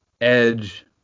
edge